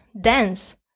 dance